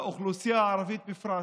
לאוכלוסייה הערבית בפרט.